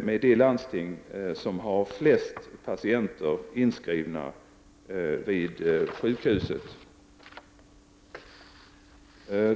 med de landsting som har flest patienter inskrivna vid sjukhuset.